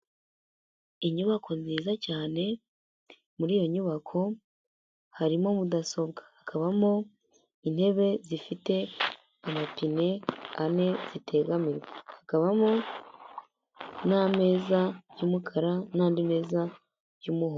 Inyubako nziza cyane muri iyo nyubako harimo mudasobwa, hakabamo intebe zifite amapine ane zitegamirwa, hakabamo n'ameza y'umukara n'andi meza y'umuhondo.